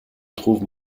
trouve